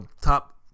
top